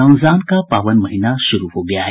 रमजान का पावन महीना शुरू हो गया है